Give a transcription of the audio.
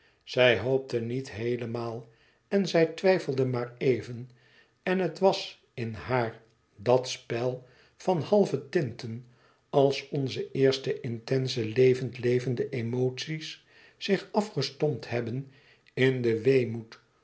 zij hoopte niet heelemaal en zij twijfelde maar even en het was in haar dat spel van halve tinten als onze eerste intense levend levende emoties zich afgestompt hebben in den weemoed